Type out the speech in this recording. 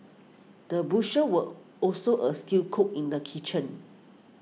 the butcher were also a skilled cook in the kitchen